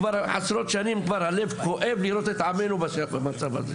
כבר עשרות שנים כבר הלב כואב לראות את עמנו במצב כזה.